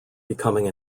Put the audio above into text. becoming